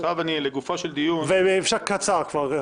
לגופו של דיון --- אם אפשר, בקצרה.